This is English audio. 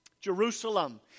Jerusalem